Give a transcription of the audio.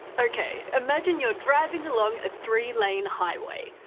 okay, imagine you're driving along a three lane highway.